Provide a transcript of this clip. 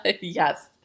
Yes